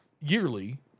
yearly